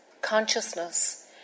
consciousness